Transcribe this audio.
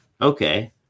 Okay